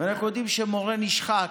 אנחנו יודעים שמורה נשחק,